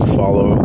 follow